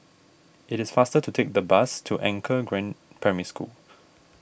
it is faster to take the bus to Anchor Green Primary School